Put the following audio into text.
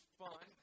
fun